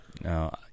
No